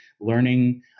learning